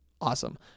awesome